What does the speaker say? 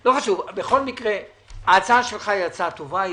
בכל מקרה ההצעה שלך היא הצעה טובה,